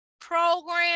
program